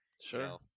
Sure